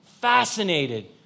fascinated